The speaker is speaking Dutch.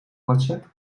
whatsapp